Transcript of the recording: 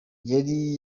yari